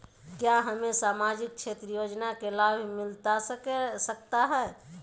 क्या हमें सामाजिक क्षेत्र योजना के लाभ मिलता सकता है?